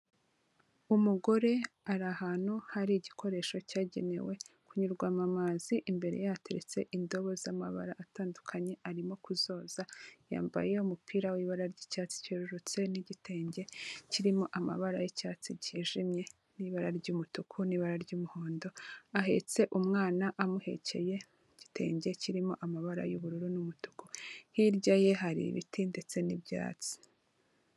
Umugore ari ahantu hari igikoresho cyagenewe kunyurwamo amazi, imbereye hateretse indobo z'amabara atandukanye, arimo kuzoza, yambaye umupira w'ibara ry'icyatsi cyerurutse n'igitenge kirimo amabara y'icyatsi cyijimye n'ibara ry'umutuku n'ibara ry'umuhondo. Ahetse umwana, amuhekeye mu gitenge kirimo amabara y'ubururu n'umutuku, hirya ye hari ibiti ndetse n'ibyatsi.